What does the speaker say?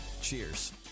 Cheers